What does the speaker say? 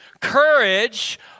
Courage